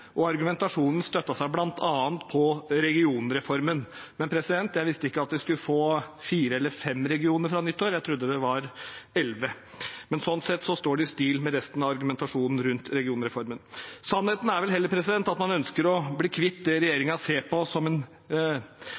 og argumentasjonen støttet seg bl.a. på regionreformen. Jeg visste ikke at vi skulle få fire eller fem regioner fra nyttår – jeg trodde det var elleve – men slik sett står det i stil med resten av argumentasjonen rundt regionreformen. Sannheten er vel heller at man ønsker å bli kvitt det regjeringen ser på som brysomme rovviltnemnder, nemnder som har en